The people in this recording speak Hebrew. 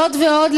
זאת ועוד,